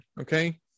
okay